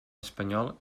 espanyol